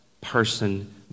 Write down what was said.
person